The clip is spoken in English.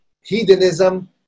hedonism